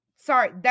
Sorry